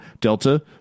Delta